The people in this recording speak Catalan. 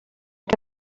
que